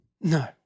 no